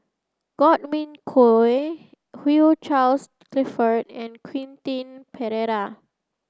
Godwin Koay Hugh Charles Clifford and Quentin Pereira